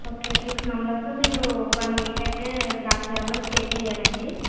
okay six members మీరు one week అయితే ద్రాక్షారామంలో స్టే చెయ్యాలండి